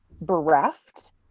bereft